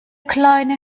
kleine